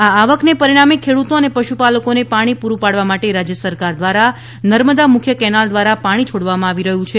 આ આવકને પરિણામે ખેડૂતો અને પશુપાલકોને પાણી પૂરૂ પાડવા માટે રાજય સરકાર દ્વારા નર્મદા મુખ્ય કેનાલ દ્વારા પાણી છોડવામાં આવી રહ્યુ છે